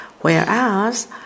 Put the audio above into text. whereas